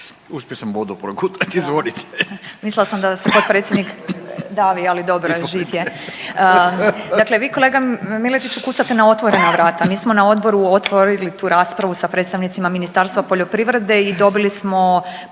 Uspio sam vodu progutati, izvolite./… Da, mislila sam da nam se potpredsjednik davi, ali dobro je živ je. Dakle, vi kolega Miletiću kucate na otvorena vrata, mi smo na odboru otvorili tu raspravu sa predstavnicama Ministarstva poljoprivrede i dobili smo